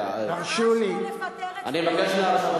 תשאל את פרידמן.